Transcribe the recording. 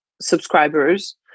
subscribers